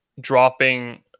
dropping